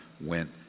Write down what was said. went